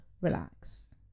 Relax